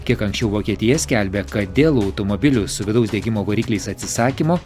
kiek anksčiau vokietija skelbė kad dėl automobilių su vidaus degimo varikliais atsisakymo